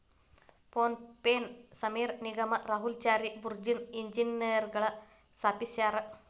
phone ಪೆನ ಸಮೇರ್ ನಿಗಮ್ ರಾಹುಲ್ ಚಾರಿ ಬುರ್ಜಿನ್ ಇಂಜಿನಿಯರ್ಗಳು ಸ್ಥಾಪಿಸ್ಯರಾ